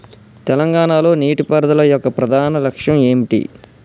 తెలంగాణ లో నీటిపారుదల యొక్క ప్రధాన లక్ష్యం ఏమిటి?